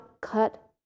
cut